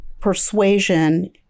persuasion